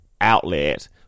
outlet